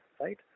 right